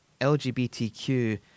LGBTQ